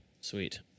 Sweet